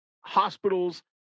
hospitals